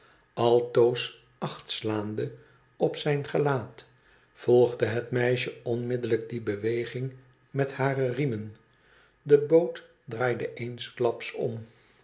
altoos acht slaande op zijn gelaat volgde het meisje onmiddellijk die beweging met hare riemen de boot draaide eensklaps om